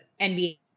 NBA